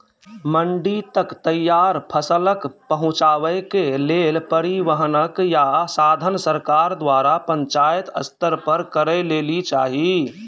मंडी तक तैयार फसलक पहुँचावे के लेल परिवहनक या साधन सरकार द्वारा पंचायत स्तर पर करै लेली चाही?